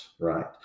right